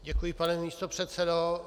Děkuji, pane místopředsedo.